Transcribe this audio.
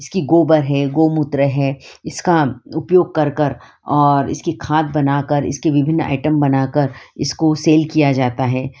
इसकी गोबर है गोमूत्र है इसका उपयोग करके और इसकी खाद बनाकर इसके विभिन्न आइटम बनाकर इसको सेल किया जाता है